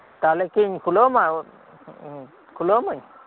ᱛᱟᱦᱚᱞᱮ ᱠᱤᱧ ᱠᱷᱩᱞᱟᱹᱣᱟᱢᱟ ᱠᱷᱩᱞᱟᱹᱣ ᱟᱹᱢᱟᱹᱧ